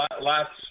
last